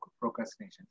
procrastination